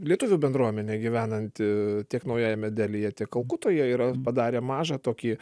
lietuvių bendruomenė gyvenanti tiek naujajame delyje kalkutoje yra padarę mažą tokį